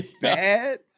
bad